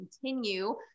continue